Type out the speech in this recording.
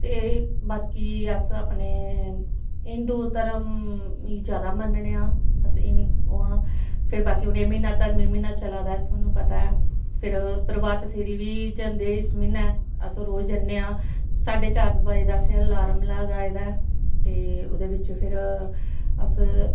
ते बाकी अस अपने हिन्दु धर्म गी जादा मनने आं अस ओह् आं फिर बाकी हून एह् महीना धर्मी महीने चला दा तोआनूं पता ऐ फिर प्रभात फेरी बी जंदे इस महीनै अस रोज़ जन्ने आं साड्डे चार बज़े दा असें ऑलार्म लगाए दा ऐ ते ओह्दै बिच्च फिर अस